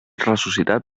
ressuscitat